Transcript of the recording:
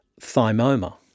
thymoma